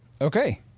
Okay